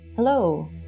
Hello